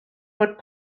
bod